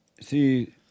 see